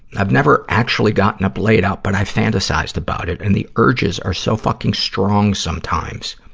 i've never actually gotten a blade out, but i've fantasized about it. and the urges are so fucking strong sometimes.